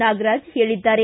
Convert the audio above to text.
ನಾಗರಾಜ ಹೇಳಿದ್ದಾರೆ